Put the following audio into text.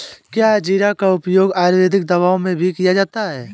क्या जीरा का उपयोग आयुर्वेदिक दवाओं में भी किया जाता है?